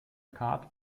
card